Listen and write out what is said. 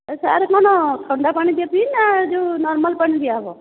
sir କ'ଣ ଥଣ୍ଡା ପାଣି ଦେବି ନା ଯେଉଁ ନର୍ମାଲ୍ ପାଣି ଦିଆହେବ